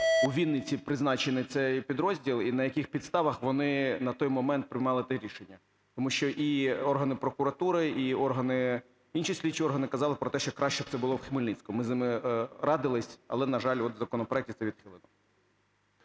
у Вінниці призначений цей підрозділ і на яких підставах вони на той момент приймали те рішення. Тому що і органи прокуратури, і органи … інші слідчі органи казали про те, що краще це було б у Хмельницькому. Ми з ними радилися, але, на жаль, от у законопроекті це відхилено.